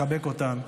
לחבק אותן,